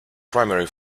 primary